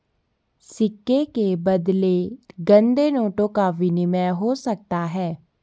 सिक्के के बदले गंदे नोटों का विनिमय हो सकता है